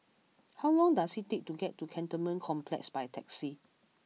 how long does it take to get to Cantonment Complex by taxi